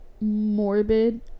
morbid